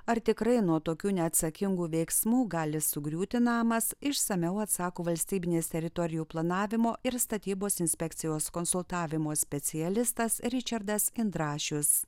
ar tikrai nuo tokių neatsakingų veiksmų gali sugriūti namas išsamiau atsako valstybinės teritorijų planavimo ir statybos inspekcijos konsultavimo specialistas ričardas indrašius